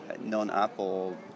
non-Apple